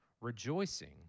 rejoicing